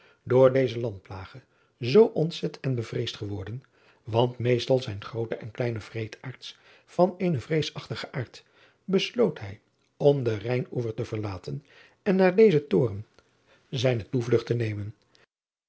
oor deze landplage zoo onzet en bevreesd geworden want meestal zijn groote en kleine wreedaards van eenen vreesachtigen aard besloot hij om den ijnoever te verlaten en naar dezen toren zijne toevlugt te nemen